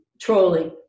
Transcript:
Trolling